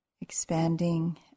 Expanding